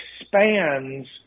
expands